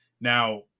Now